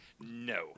No